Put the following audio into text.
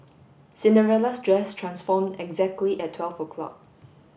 Cinderella's dress transformed exactly at twelve o'clock